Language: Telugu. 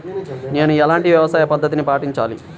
నేను ఎలాంటి వ్యవసాయ పద్ధతిని పాటించాలి?